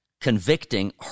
convicting